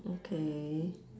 okay